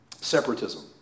Separatism